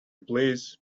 please